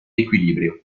equilibrio